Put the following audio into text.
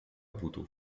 avuto